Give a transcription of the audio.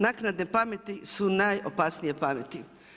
Naknadne pameti su najopasnije pameti.